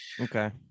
Okay